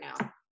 now